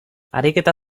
ariketa